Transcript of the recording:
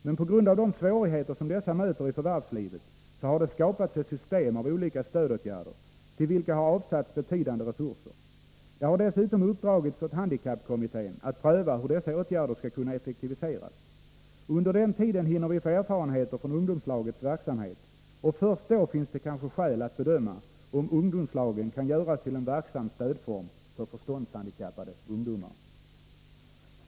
Men på grund av de svårigheter som de möter i förvärvslivet har det skapats ett system av olika stödåtgärder, till vilka har avsatts betydande resurser. Det har dessutom uppdragits åt handikappkommittén att pröva hur dessa åtgärder skall kunna effektiviseras. Under den tiden hinner vi få erfarenheter från ungdomslagens verksamhet, och först då finns det kanske skäl att bedöma om ungdomslagen kan göras till en verksam stödform för förståndshandikappade ungdomar.